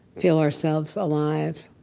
feel ourselves alive.